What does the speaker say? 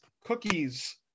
cookies